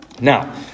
Now